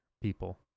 people